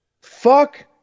Fuck